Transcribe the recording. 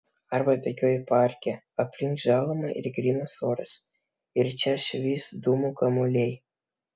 arba bėgioji parke aplink žaluma ir grynas oras ir čia švyst dūmų kamuoliai